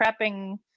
prepping